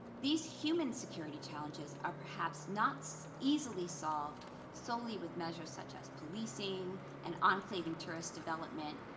these human security challenges are perhaps not easily solved solely with measures such as policing and enclave and tourist development.